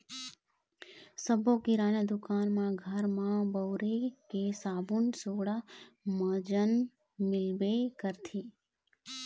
सब्बो किराना दुकान म घर म बउरे के साबून सोड़ा, मंजन मिलबे करथे